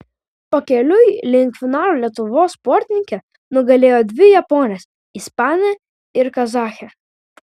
pakeliui link finalo lietuvos sportininkė nugalėjo dvi japones ispanę ir kazachę